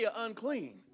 unclean